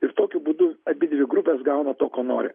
ir tokiu būdu abidvi grupės gauna to ko nori